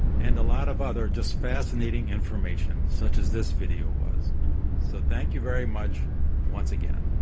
and a lot of other just fascinating information such as this video was. so thank you very much once again